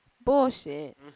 bullshit